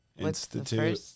Institute